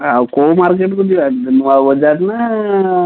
ଆଉ କେଉଁ ମାର୍କେଟକୁ ଯିବା ନୂଆ ବଜାର ନା